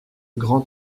grand